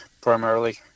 primarily